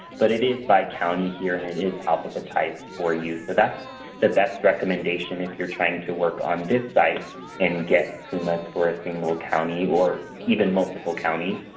but it is by county here, and it is alphabetized for you, so that's the best recommendation if you're trying to work on this site and get pumas for a single county or even multiple counties.